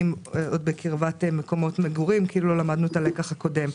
ועוד בקרבת מקומות מגורים כאילו לא למדנו את הלקח הקודם.